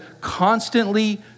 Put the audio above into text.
constantly